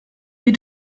wir